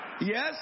Yes